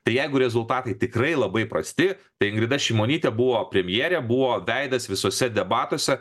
tai jeigu rezultatai tikrai labai prasti tai ingrida šimonytė buvo premjerė buvo veidas visuose debatuose